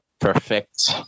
perfect